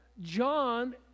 John